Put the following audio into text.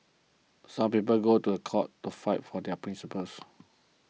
some people go to court to fight for their principles